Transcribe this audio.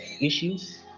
issues